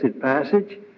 passage